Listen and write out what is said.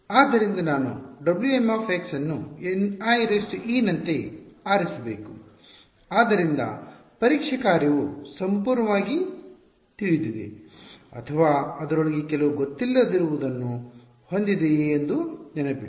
ಆದ್ದರಿಂದ ನಾನು Wm ಅನ್ನು N ie ನಂತೆ ಆರಿಸಬೇಕು ಆದ್ದರಿಂದ ಪರೀಕ್ಷಾ ಕಾರ್ಯವು ಸಂಪೂರ್ಣವಾಗಿ ತಿಳಿದಿದೆ ಅಥವಾ ಅದರೊಳಗೆ ಕೆಲವು ಗೊತ್ತಿಲ್ಲದಿರುವುದನ್ನು ಹೊಂದಿದೆಯೆ ಎಂದು ನೆನಪಿಡಿ